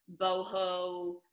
boho